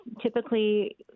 typically